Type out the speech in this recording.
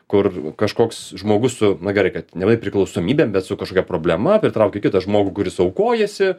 kur kažkoks žmogus su na gerai kad neva priklausomybėm bet su kažkokia problema pritraukia kitą žmogų kuris aukojasi